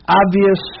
obvious